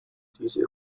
diese